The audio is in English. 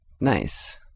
Nice